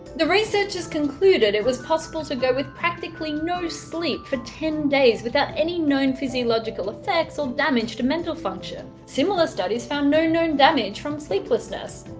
the researchers concluded it was possible to go with practically no sleep for ten days without any known physiological effects or damage to mental function. similar studies found no known damage from sleeplessness.